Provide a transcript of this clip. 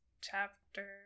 chapter